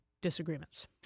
disagreements